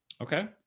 Okay